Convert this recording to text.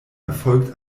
erfolgt